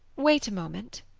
wait a moment.